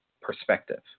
perspective